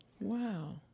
Wow